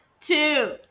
two